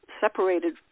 separated